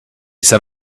set